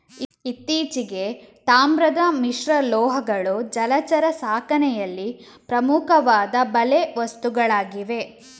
ಇತ್ತೀಚೆಗೆ, ತಾಮ್ರದ ಮಿಶ್ರಲೋಹಗಳು ಜಲಚರ ಸಾಕಣೆಯಲ್ಲಿ ಪ್ರಮುಖವಾದ ಬಲೆ ವಸ್ತುಗಳಾಗಿವೆ